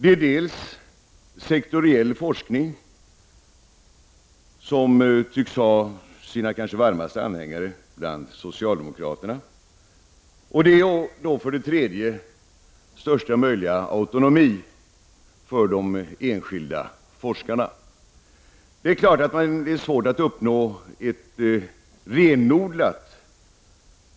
Det är för det andra sektoriell forskning, som tycks ha sina kanske varmaste anhängare bland socialdemokraterna. Det är för det tredje största möjliga autonomi för de enskilda forskarna. Det är självfallet svårt att uppnå något renodlat